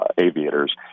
Aviators